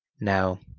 Now